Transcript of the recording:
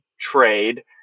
trade